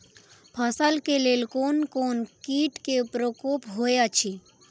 फसल के लेल कोन कोन किट के प्रकोप होयत अछि?